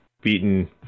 beaten